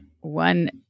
one